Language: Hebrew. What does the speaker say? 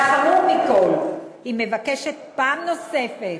והחמור מכול, היא מבקשת, פעם נוספת,